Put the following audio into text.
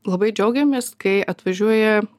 labai džiaugiamės kai atvažiuoja